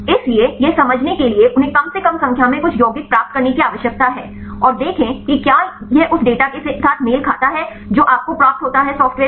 इसलिए यह समझने के लिए कि उन्हें कम से कम संख्या में कुछ यौगिक प्राप्त करने की आवश्यकता है और देखें कि क्या यह उस डेटा के साथ मेल खाता है जो आपको प्राप्त होता है सॉफ्टवेयर